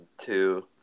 two